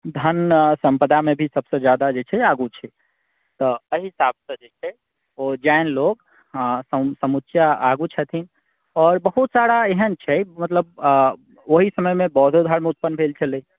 धन सम्पदामे भी सभसँ जादा जे छै आगू छै तऽ एहि हिसाबसँ जे छै ओ जैन लोग हँ स समुच्चा आगू छथिन आओर बहुत सारा एहन छै मतलब ओहि समयमे बौद्धो धर्म उत्पन्न भेल छलै